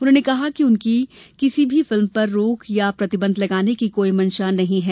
उन्होंने कहा कि उनकी किसी भी फिल्म पर रोक या प्रतिबंध लगाने की कोई मंशा नहीं है